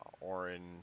Orange